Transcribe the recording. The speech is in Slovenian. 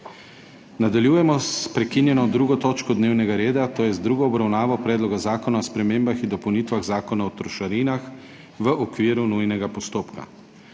Nadaljujemos prekinjeno 2. točko dnevnega reda – druga obravnava Predloga zakona o spremembah in dopolnitvah Zakona o trošarinah v okviru nujnega postopka.